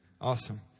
Awesome